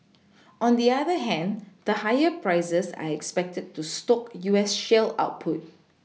on the other hand the higher prices are expected to stoke U S shale output